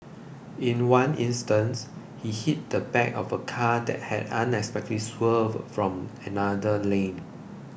in one instance he hit the back of a car that had unexpectedly swerved from another lane